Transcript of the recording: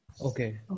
Okay